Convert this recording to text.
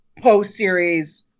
post-series